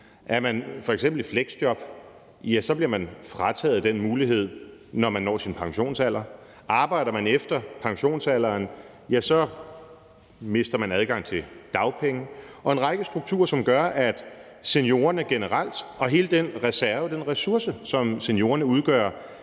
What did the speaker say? Er man f.eks. i fleksjob, ja så bliver man frataget den mulighed, når man når sin pensionsalder. Arbejder man efter pensionsalderen, ja, så mister man adgang til dagpenge. Der er en række strukturer, som gør, at seniorernes potentiale generelt – hele den reserve, den ressource, som seniorerne udgør